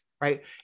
right